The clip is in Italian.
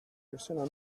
persona